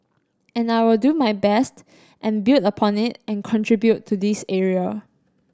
and I will do my best and build upon it and contribute to this area